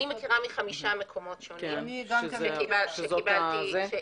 מכירה מחמישה מקומות שונים שקיבלתי פנייה.